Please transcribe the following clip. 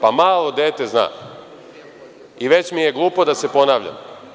Pa malo dete zna i već mi je glupo da se ponavljam.